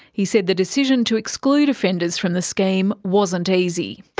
he said the decision to exclude offenders from the scheme wasn't easy.